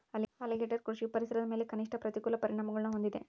alligator ಕೃಷಿಯು ಪರಿಸರದ ಮೇಲೆ ಕನಿಷ್ಠ ಪ್ರತಿಕೂಲ ಪರಿಣಾಮಗುಳ್ನ ಹೊಂದಿದೆ